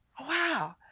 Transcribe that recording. Wow